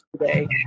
today